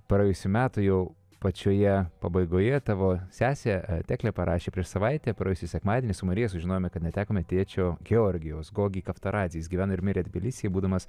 praėjusių metų jau pačioje pabaigoje tavo sesė teklė parašė prieš savaitę praėjusį sekmadienį su marija sužinome kad netekome tėčio georgijaus gogi kaftardzi jis gyveno ir mirė tbilisyje būdamas